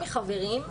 מחברים,